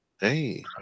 hey